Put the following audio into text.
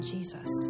Jesus